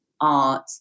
art